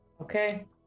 Okay